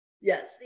Yes